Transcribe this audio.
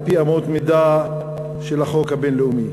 על-פי אמות המידה של החוק הבין-לאומי.